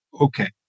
okay